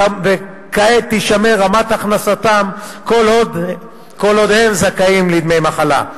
כעת תישמר רמת הכנסתם כל עוד הם זכאים לדמי מחלה.